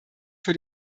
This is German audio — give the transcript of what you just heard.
für